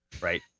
right